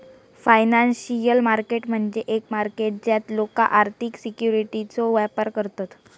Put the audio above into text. financial market म्हणजे एक market ज्यात लोका आर्थिक सिक्युरिटीजचो व्यापार करतत